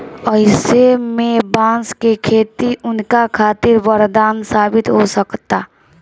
अईसे में बांस के खेती उनका खातिर वरदान साबित हो सकता